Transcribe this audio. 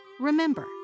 Remember